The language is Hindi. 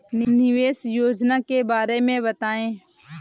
निवेश योजना के बारे में बताएँ?